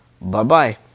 bye-bye